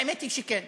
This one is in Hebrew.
האמת היא שכן.